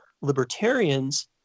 libertarians